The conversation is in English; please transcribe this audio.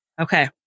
Okay